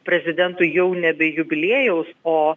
prezidentui jau nebe jubiliejaus o